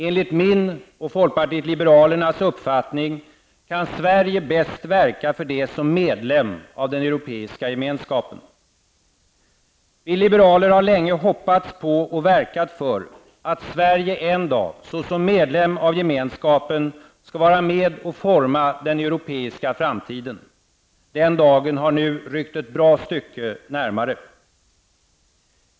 Enligt min, och folkpartiet liberalernas, uppfattning kan Sverige bäst verka för det som medlem av Vi liberaler har länge hoppats på, och verkat för, att Sverige en dag såsom medlem av Gemenskapen skall vara med att forma den europeiska framtiden. Den dagen har nu ryckt ett bra stycke närmare.